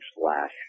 slash